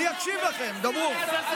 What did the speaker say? אני אקשיב לכם, דברו.